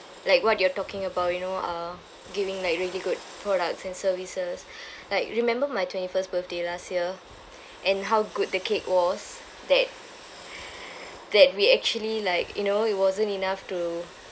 like what you're talking about you know uh giving like really good products and services like remember my twenty first birthday last year and how good the cake was that that we actually like you know it wasn't enough to